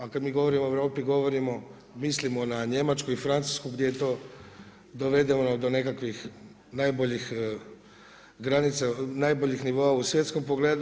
A kada mi govorimo o Europi govorimo, mislimo na Njemačku i Francusku gdje je to dovedeno do nekakvim najboljih granica, najboljih nivoa u svjetskom pogledu.